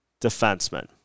defenseman